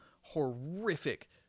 horrific